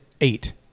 eight